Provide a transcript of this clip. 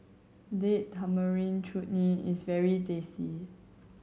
Date Tamarind Chutney is very tasty